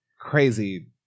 crazy